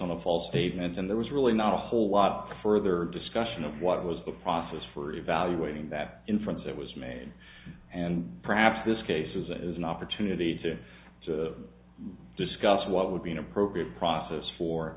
on a false statement and there was really not a whole lot further discussion of what was the process for evaluating that inference that was made and perhaps this case is an opportunity to discuss what would be an appropriate process